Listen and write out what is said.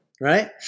right